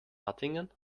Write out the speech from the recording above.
hattingen